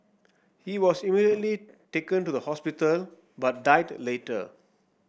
he was immediately taken to the hospital but died later